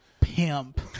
pimp